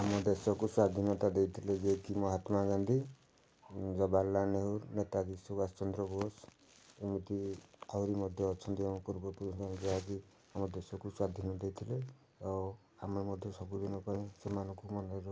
ଆମ ଦେଶକୁ ସ୍ଵାଧୀନତା ଦେଇଥିଲେ ଯେ କି ମହାତ୍ମା ଗାନ୍ଧୀ ଜବାହରଲାଲ ନେହେରୁ ନେତାଜୀ ସୁବାସ ଚନ୍ଦ୍ର ବୋଷ ଏମିତି ଆହୁରି ମଧ୍ୟ ଅଛନ୍ତି ଆମ ପୂର୍ବପୁରୁଷ ମାନେ ଯାହାକି ଆମ ଦେଶକୁ ସ୍ଵାଧୀନ ଦେଇଥିଲେ ଆଉ ଆମେ ମଧ୍ୟ ସେମାନଙ୍କୁ ସବୁଦିନ ମନେ ରଖିଛୁ